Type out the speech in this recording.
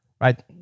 right